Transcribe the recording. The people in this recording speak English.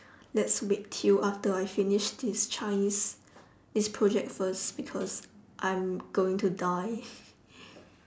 let's wait till after I finish this chinese this project first because I'm going to die